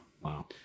Wow